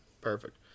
Perfect